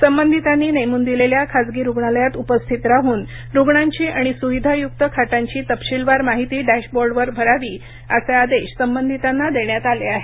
संबंधीतांनी नेमून दिलेल्या खासगी रुग्णालयात उपस्थित राहून रुग्णांची आणि सुविधायुक्त खाटांची तपशीलवार माहिती डॅशबोर्डवर भरावी असे आदेश संबंधितांना देण्यात आले आहेत